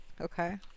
okay